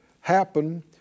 happen